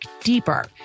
deeper